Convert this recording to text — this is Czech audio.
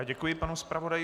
Děkuji panu zpravodaji.